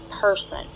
person